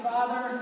Father